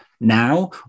now